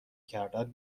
کردن